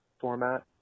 format